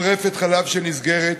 כל רפת חלב שנסגרת,